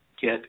get